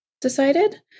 decided